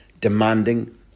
demanding